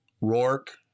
Rourke